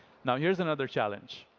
now, here's another challenge.